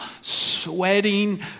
Sweating